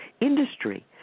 industry